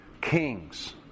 Kings